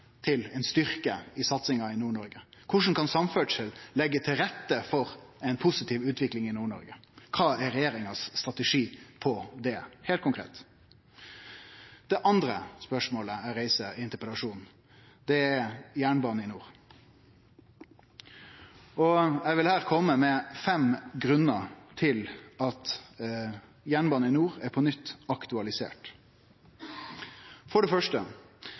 til ein styrke i satsinga i Nord-Noreg, korleis kan samferdsel leggje til rette for ei positiv utvikling i Nord-Noreg, og kva er regjeringas strategi på det, heilt konkret? Det andre spørsmålet eg reiser i interpellasjonen, gjeld jernbane i nord. Eg vil her kome med fem grunnar til at jernbane i nord på nytt er aktualisert: For det første: